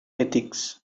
ethics